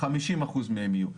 50% מהם יהיו.